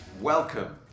welcome